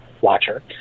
watcher